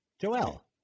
Joel